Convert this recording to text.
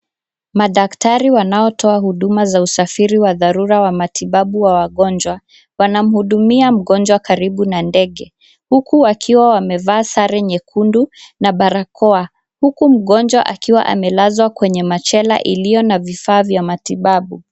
Madaktari wanaotoa huduma za usafiri wa dharura wa matibabu wa wagonjwa wanamhudumia mgonjwa karibu na ndege huku wakiwa wamevaa sare nyekundu na barakoa huku mgonjwa akiwa amelazwa kwenye machela iliyo na vifaa vya matibabu.